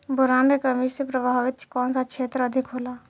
Boron के कमी से प्रभावित कौन सा क्षेत्र अधिक होला?